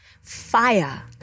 fire